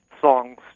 songs